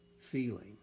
feeling